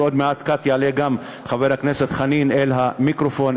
ועוד מעט-קט יעלה גם חבר הכנסת חנין אל המיקרופון,